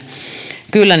kyllä